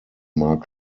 mark